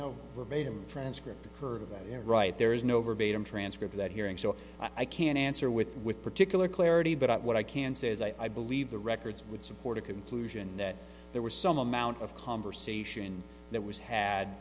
know we're made him transcript a curve that right there is no verbatim transcript of that hearing so i can answer with with particular clarity but what i can say is i believe the records would support a conclusion that there was some amount of conversation that was had